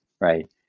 Right